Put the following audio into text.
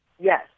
yes